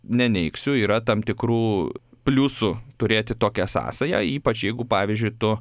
neneigsiu yra tam tikrų pliusų turėti tokią sąsają ypač jeigu pavyzdžiui tu